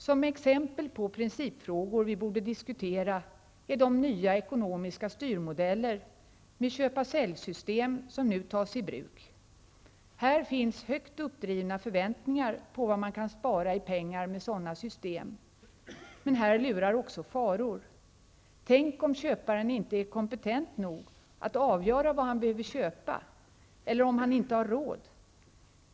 Ett exempel på principfrågor vi borde diskutera är de nya ekonomiska styrmodeller med köpasäljsystemet som nu tas i bruk. Här finns högt uppdrivna förväntningar på vad man kan spara i pengar med sådana system. Men här lurar faror. Tänk om köparen inte är kompetent nog att avgöra vad han behöver köpa, eller om han inte har råd?